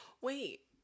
Wait